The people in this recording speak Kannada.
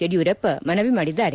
ಯಡಿಯೂರಪ್ಪ ಮನವಿ ಮಾಡಿದ್ದಾರೆ